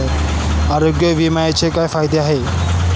आरोग्य विम्याचे काय फायदे आहेत?